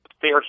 fair